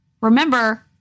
Remember